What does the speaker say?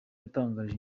yatangarije